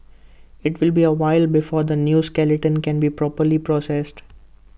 IT will be A while before this new skeleton can be properly processed